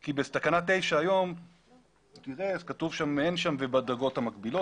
כי בתקנה (9) היום אין שם ובדרגות המקבילות,